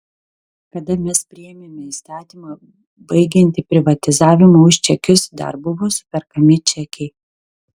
kada mes priėmėme įstatymą baigiantį privatizavimą už čekius dar buvo superkami čekiai